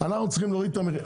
אנחנו צריכים להוריד את המחיר.